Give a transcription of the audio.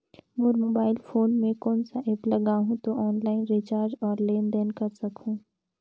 मोर mobile phone मे कोन सा एप्प लगा हूं तो ऑनलाइन रिचार्ज और लेन देन कर सकत हू?